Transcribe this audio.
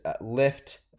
lift